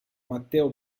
matteo